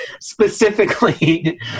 Specifically